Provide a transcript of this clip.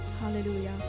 Hallelujah